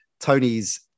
Tony's